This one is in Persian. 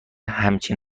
همچین